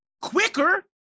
quicker